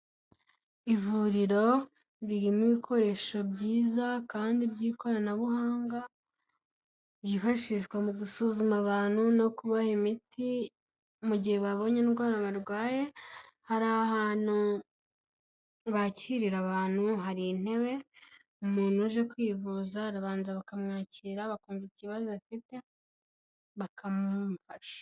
Ivuriro ririmo ibikoresho byiza kandi by'ikoranabuhanga byifashishwa mu gusuzuma abantu no kubaha imiti mu gihe babonye indwara barwaye, hari ahantu bakirira abantu hari intebe, umuntu uje kwivuza arabanza bakamwakira bakumva ikibazo afite bakamufasha.